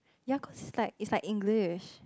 ya cause it's like it's like English